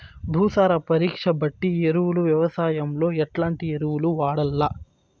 భూసార పరీక్ష బట్టి ఎరువులు వ్యవసాయంలో ఎట్లాంటి ఎరువులు వాడల్ల?